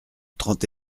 trente